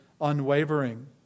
unwavering